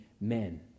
men